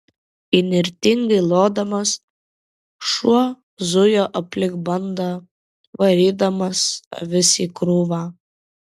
įnirtingai lodamas šuo zujo aplink bandą varydamas avis į krūvą